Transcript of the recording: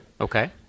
Okay